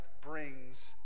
brings